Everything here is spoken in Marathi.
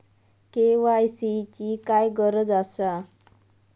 के.वाय.सी ची काय गरज आसा?